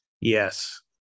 Yes